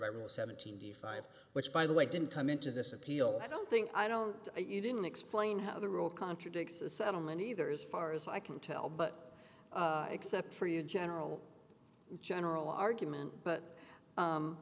being seventeen the five which by the way didn't come into this appeal i don't think i don't you didn't explain how the rule contradicts the settlement either as far as i can tell but except for you general general argument but